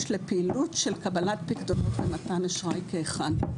לפעילות של קבלת פיקדונות ומתן אשראי כאחד.